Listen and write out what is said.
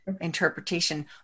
interpretation